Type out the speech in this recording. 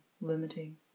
limiting